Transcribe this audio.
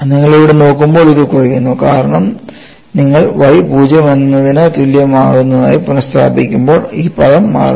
നിങ്ങൾ ഇവിടെ നോക്കുമ്പോൾ ഇത് കുറയുന്നു കാരണം നിങ്ങൾ y 0 എന്നതിന് തുല്യം ആകുന്നതായി പുനസ്ഥാപിക്കുബോൾ ഈ പദം മാറുന്നു